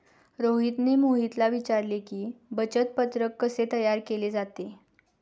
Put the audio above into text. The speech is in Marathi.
रोहितने मोहितला विचारले की, बचत पत्रक कसे तयार केले जाते?